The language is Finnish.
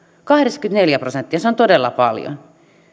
kahdeksankymmentäneljä prosenttia se on todella paljon